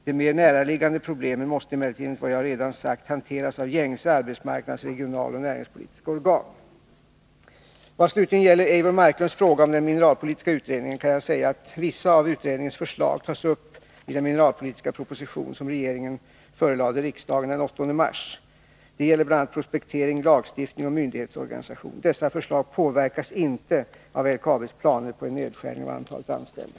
De mer näraliggande problemen måste emellertid enligt vad jag redan sagt hanteras av gängse arbetsmarknads-, regionaloch näringspolitiska organ. Vad slutligen gäller Eivor Marklunds fråga om den mineralpolitiska utredningen kan jag säga att vissa av utredningens förslag tas upp i den mineralpolitiska propositionen, som regeringen förelade riksdagen den 8 mars. Det gäller bl.a. prospektering, lagstiftning och myndighetsorganisation. Dessa förslag påverkas inte av LKAB:s planer på en nedskärning av antalet anställda.